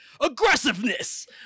aggressiveness